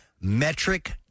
metric